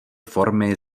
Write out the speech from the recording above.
formy